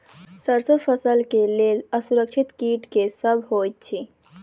सैरसो फसल केँ लेल असुरक्षित कीट केँ सब होइत अछि?